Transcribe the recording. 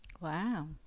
Wow